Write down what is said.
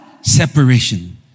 separation